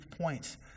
points